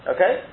Okay